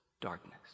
darkness